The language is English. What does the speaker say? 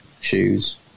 shoes